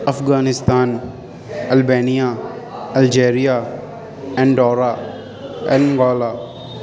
Afghanistan Albania Algeria Andorra Angola